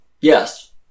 Yes